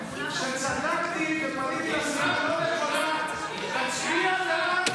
בוא תוכיח לי שצדקתי ופניתי, קדושת החיים.